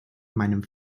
meinem